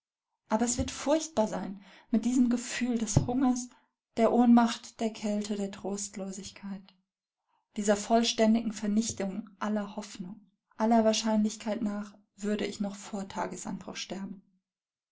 aber es wird furchtbar sein mit diesem gefühl des hungers der ohnmacht der kälte der trostlosigkeit dieser vollständigen vernichtung aller hoffnung aller wahrscheinlichkeit nach würde ich noch vor tagesanbruch sterben